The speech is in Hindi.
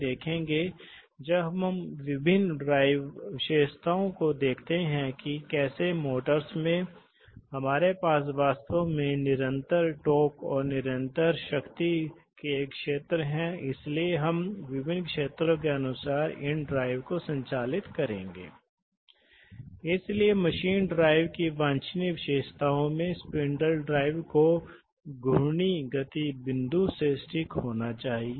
प्रदर्शन की आवश्यकताएं बहुत सामान्य हैं कुछ लागत लाभ आता है क्योंकि यह है जैसा कि हमने कहा है कि कोई रिटर्न लाइन नहीं है तो इसका मतलब है मेरा मतलब है कि बहुत लागत बचाता है आधा ट्यूबिंग लागत निकल गई है हाइड्रॉलिक्स और न्यूमैटिक्स की तरह कोई स्टालिंग समस्या नहीं है जहां इलेक्ट्रिक में न्यूमेटिक्स में आग का खतरा नहीं है हाइड्रोलिक में है क्योंकि तेल खुद आग के लिए खतरा है